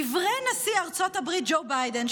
דברי נשיא ארצות הברית ג'ו ביידן,